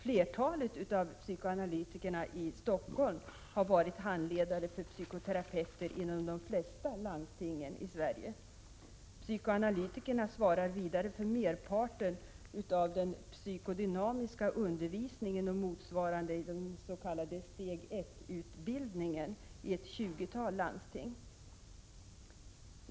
Flertalet psykoanalytiker i Stockholm har varit handledare för psykoterapeuter inom de flesta landstingen i Sverige. Psykoanalytikerna svarar vidare för merparten av den psykodynamiska undervisningen och motsvarande i den s.k. steg 1-utbildningeni ett tjugotal landsting.